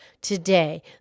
today